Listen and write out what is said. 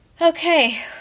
Okay